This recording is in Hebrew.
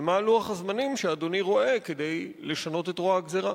ומה לוח הזמנים שאדוני רואה כדי לשנות את רוע הגזירה?